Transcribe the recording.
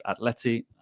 Atleti